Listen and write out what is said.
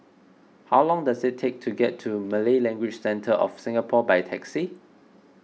how long does it take to get to Malay Language Centre of Singapore by taxi